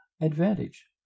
advantage